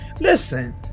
Listen